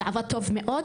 זה עבד טוב מאוד.